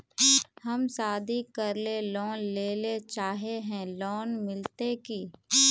हम शादी करले लोन लेले चाहे है लोन मिलते की?